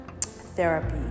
therapy